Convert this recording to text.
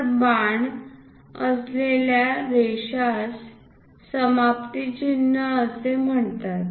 तर बाण असलेल्या रेषास समाप्ती चिन्ह असे म्हणतात